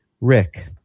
Rick